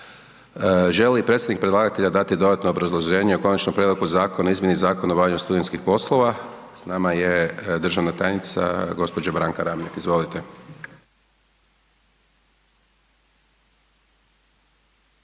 li predstavnik predlagatelja dati dodatno obrazloženje o Konačnom prijedlogu zakona o izmjeni Zakona o obavljanju studentskih poslova? S nama je državna tajnica, g. Branka Ramljak. Izvolite.